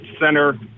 center